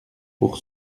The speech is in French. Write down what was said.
pour